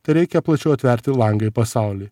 tereikia plačiau atverti langą į pasaulį